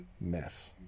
mess